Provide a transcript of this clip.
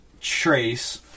Trace